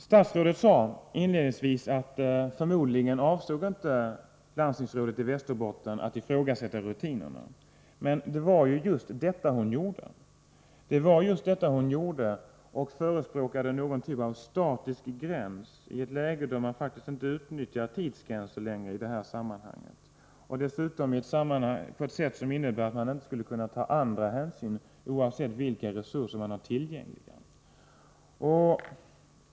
Statsrådet sade inledningsvis att det landstingsråd i Västerbotten som det här gäller förmodligen inte avsåg att ifrågasätta rutinerna i det här sammanhanget. Men det var just vad hon gjorde. Hon förespråkade nämligen någon typ av statisk gräns i ett läge där man faktiskt inte utnyttjar tidsgränsen och dessutom på ett sätt som innebär att man inte skulle kunna ta andra hänsyn, oavsett vilka resurser som är tillgängliga.